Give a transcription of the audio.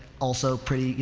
also pretty, you